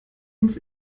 uns